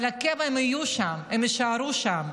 אבל הקבע, הם יהיו שם, הם יישארו שם.